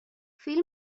فیلم